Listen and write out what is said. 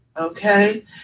Okay